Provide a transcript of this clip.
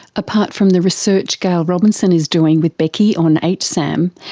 apart from the research gail robinson is doing with becky on hsam,